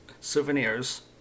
souvenirs